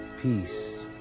peace